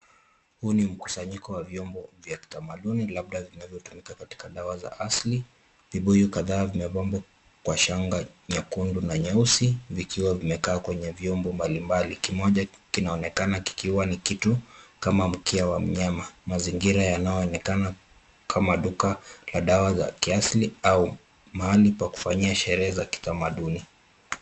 Huu ni mkusanyiko wa vyombo vya kitamaduni labda vinavyotumika katika dawa za asili. Vibuyu kadhaa vimepambwa kwa shanga nyekundu na nyeusi vikiwa vimekaa kwenye vyombo mbalimbali. Kimoja kinaonekana kikiwa ni kitu kama mkia wa mnyama. Mazingira yanayoonekana kama duka la dawa za kiasili au mahali pa kufanyia sherehe za kitamaduni.